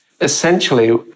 essentially